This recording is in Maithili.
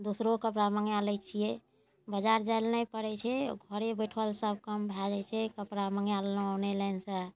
दोसरो कपड़ा मँगा लै छियै बाजार जाइ लए नहि पड़ै छै घरे बैसल सब काम भऽ जाइ छै कपड़ा मँगा लेलहुॅं ऑनलाइन सऽ